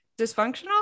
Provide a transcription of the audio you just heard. dysfunctional